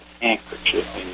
handkerchief